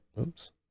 oops